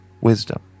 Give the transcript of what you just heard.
wisdom